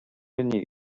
inniu